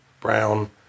brown